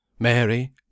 Mary